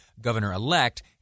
Governor-elect